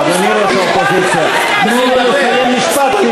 אדוני ראש האופוזיציה, תנו לו לסיים משפט.